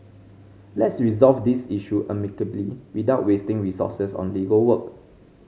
let's resolve this issue amicably without wasting resources on legal work